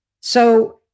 So-